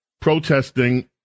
protesting